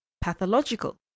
pathological